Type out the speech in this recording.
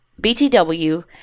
BTW